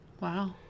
Wow